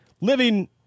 Living